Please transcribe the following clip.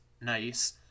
nice